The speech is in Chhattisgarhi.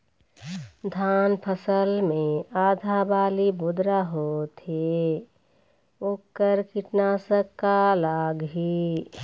धान फसल मे आधा बाली बोदरा होथे वोकर कीटनाशक का लागिही?